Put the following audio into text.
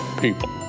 people